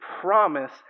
promise